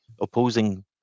opposing